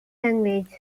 language